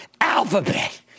Alphabet